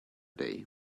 day